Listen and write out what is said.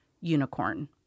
unicorn